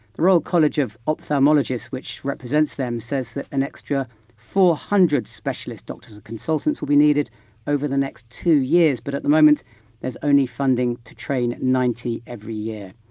the royal college of ophthalmologists, which represents them, says that an extra four hundred specialist doctors and consultants will be needed over the next two years but at the moment there's only funding to train ninety every year.